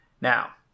Now